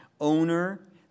owner